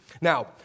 Now